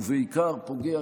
ובעיקר פוגע,